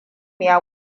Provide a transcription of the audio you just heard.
ya